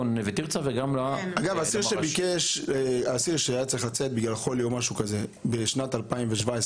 גם לנווה תרצה וגם --- אסיר שהיה צריך לצאת בגלל חולי בשנת 2017,